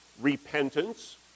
repentance